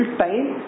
time